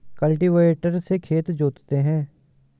cultivator से खेत जोतते हैं